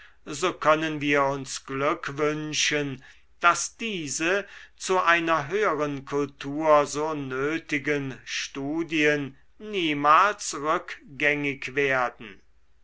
so können wir uns glück wünschen daß diese zu einer höheren kultur so nötigen studien niemals rückgängig werden